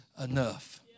enough